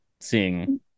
seeing